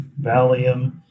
Valium